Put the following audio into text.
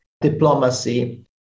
diplomacy